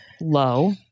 low